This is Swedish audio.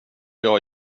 jag